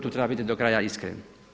Tu treba biti do kraja iskren.